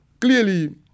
clearly